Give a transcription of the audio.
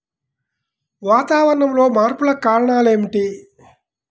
వాతావరణంలో మార్పులకు కారణాలు ఏమిటి?